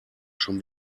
schon